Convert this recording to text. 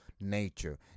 nature